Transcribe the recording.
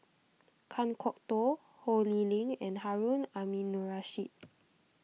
Kan Kwok Toh Ho Lee Ling and Harun Aminurrashid